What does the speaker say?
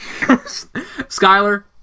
Skyler